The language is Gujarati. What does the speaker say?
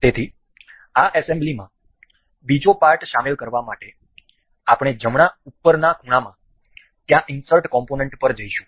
તેથી આ એસેમ્બલીમાં બીજો પાર્ટ શામેલ કરવા માટે આપણે જમણા ઉપરના ખૂણામાં ત્યાં ઇન્સર્ટ કોમ્પોનન્ટ પર જઈશું